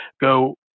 go